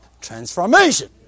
transformation